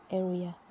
area